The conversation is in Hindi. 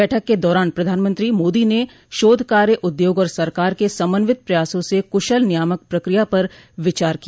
बैठक के दौरान प्रधानमंत्री मोदी ने शोधकार्य उद्योग और सरकार के समन्वित प्रयासों से कुशल नियामक प्रक्रिया पर विचार किया